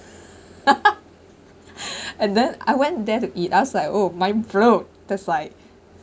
and then I went there to eat I was like oh mind blow that's like